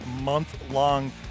month-long